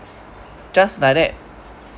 just like that